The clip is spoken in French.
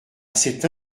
cette